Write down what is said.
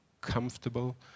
comfortable